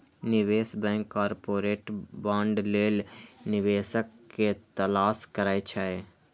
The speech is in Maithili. निवेश बैंक कॉरपोरेट बांड लेल निवेशक के तलाश करै छै